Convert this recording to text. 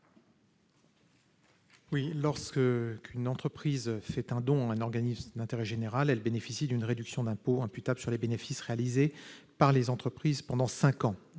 Cadic. Lorsqu'une entreprise fait un don à un organisme d'intérêt général, elle bénéficie d'une réduction d'impôt imputable sur les bénéfices réalisés par l'entreprise pendant cinq ans.